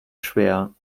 schwer